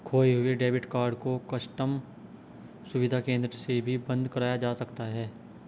खोये हुए debit card को कस्टम सुविधा केंद्र से भी बंद कराया जा सकता है